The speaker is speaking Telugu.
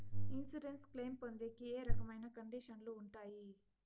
ఇన్సూరెన్సు క్లెయిమ్ పొందేకి ఏ రకమైన కండిషన్లు ఉంటాయి?